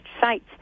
sites